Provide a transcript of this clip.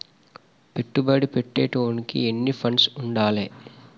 పెట్టుబడి పెట్టేటోనికి ఎన్ని ఫండ్స్ ఉండాలే?